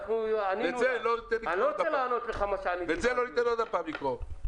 את זה לא ניתן עוד פעם לקרות.